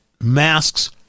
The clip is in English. Masks